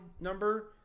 number